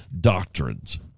doctrines